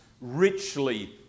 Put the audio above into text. richly